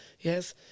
Yes